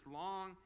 long